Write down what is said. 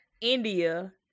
India